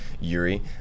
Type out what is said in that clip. Yuri